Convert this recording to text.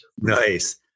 Nice